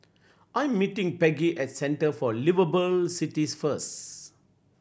I'm meeting Peggy at Centre for Liveable Cities first